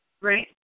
Right